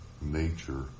nature